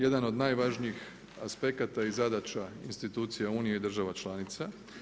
Jedan od najvažnijih aspekta i zadaća institucija Unije i država članica.